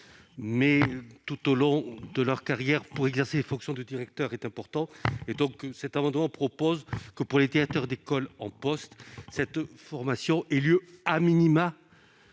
tout au long de la carrière -pour exercer les fonctions de directeur est importante. Cet amendement tend à prévoir que, pour les directeurs d'école en poste, cette formation ait lieu au moins